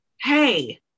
hey